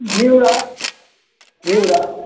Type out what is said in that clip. घिउरा घिउरा